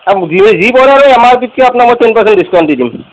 যি পৰে আৰু এম আৰ পিতকে আপ্নাক মই টেন পাৰচেণ্ট ডিস্কাউণ্ট দি দিম